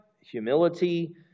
Humility